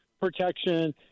protection